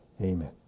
Amen